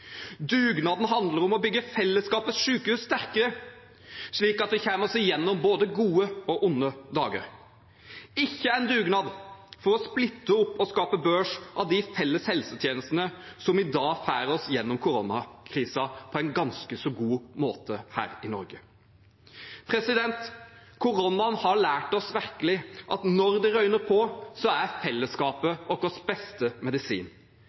Dugnaden handler om å bygge fellesskapets sykehus sterkere, slik at vi kommer oss gjennom både gode og onde dager, ikke en dugnad for å splitte opp og skape børs av de felles helsetjenestene som i dag får oss gjennom koronakrisen på en ganske så god måte her i Norge. Koronaen har virkelig lært oss at når det røyner på, er fellesskapet vår beste medisin.